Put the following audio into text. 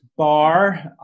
Bar